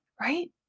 right